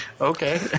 okay